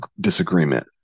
disagreement